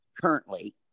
currently